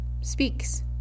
speaks